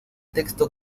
texto